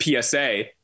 PSA